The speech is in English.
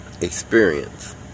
experience